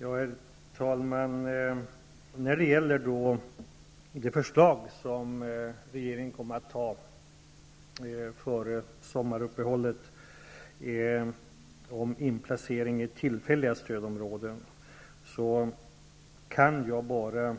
Herr talman! När det gäller det förslag som regeringen kommer att ta ställning till före sommaruppehållet om inplacering i tillfälliga stödområden, kan jag enbart medverka till